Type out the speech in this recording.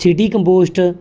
C T compost